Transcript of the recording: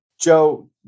Joe